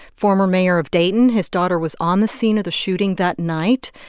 former mayor of dayton. his daughter was on the scene of the shooting that night.